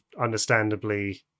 understandably